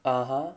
(uh huh)